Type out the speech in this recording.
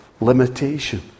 limitation